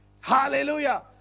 Hallelujah